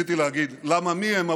רציתי להגיד: למה מי הם?